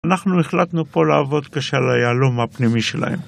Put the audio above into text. אנחנו החלטנו פה לעבוד קשה על היהלום הפנימי שלהם.